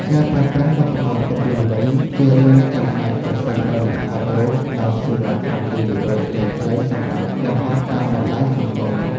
ការប្រើប្រាស់ឧបករណ៍ទប់លំនឹង ជារឿងចាំបាច់ប្រសិនបើអ្នកថតរូបផ្ដល់សេវាកម្មវីដេអូខ្លីៗសម្រាប់បង្ហោះតាមបណ្ដាញសង្គម។